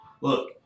Look